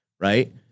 right